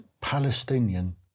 Palestinian